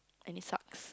and it sucks